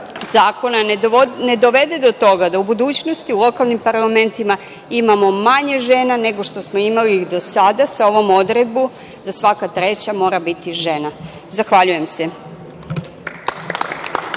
ne dovede do toga da u budućnosti u lokalnim parlamentima imamo manje žena nego što smo imali do sada, sa ovom odredbom, da svaka treća mora biti žena. Zahvaljujem se.